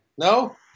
No